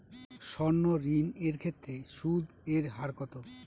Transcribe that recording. সর্ণ ঋণ এর ক্ষেত্রে সুদ এর হার কত?